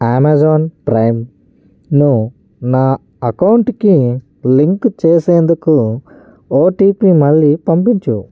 Amazon ప్రైమ్ను నా అకౌంట్కి లింకు చేసేందుకు ఓటీపి మళ్ళీ పంపిచ్చు